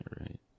right